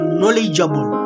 knowledgeable